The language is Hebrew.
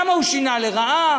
למה הוא שינה לרעה,